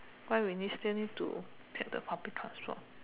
why we need still need to take the public transport